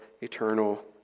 eternal